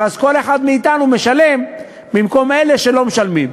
ואז כל אחד מאתנו משלם במקום אלה שלא משלמים.